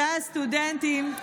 הזמן שלך עבר.